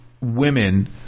women